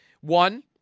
One